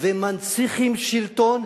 ומנציחים שלטון.